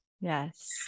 Yes